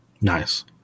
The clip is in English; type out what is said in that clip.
Nice